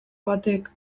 batek